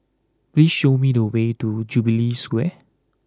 please show me the way to Jubilee Square